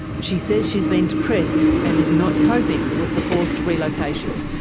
she says she has been depressed and is not coping with the forced relocation.